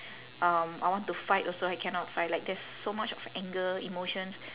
um I want to fight also I cannot fight like there's so much of anger emotions